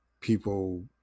people